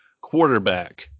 quarterback